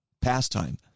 pastime